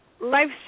life